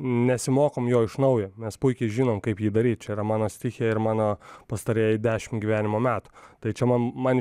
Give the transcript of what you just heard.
nesimokom jo iš naujo mes puikiai žinom kaip jį daryt čia yra mano stichija ir mano pastarieji dešimt gyvenimo metų tai čia man man